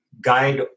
guide